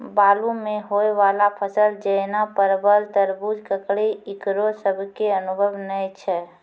बालू मे होय वाला फसल जैना परबल, तरबूज, ककड़ी ईकरो सब के अनुभव नेय छै?